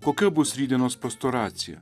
kokia bus rytdienos pastoracija